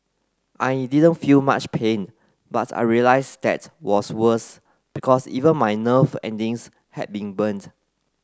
I didn't feel much pain but I realised that was worse because even my nerve endings had been burned